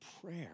prayer